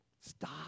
stop